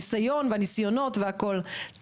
אי אפשר להתעלם מהנתונים.